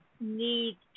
need